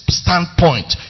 standpoint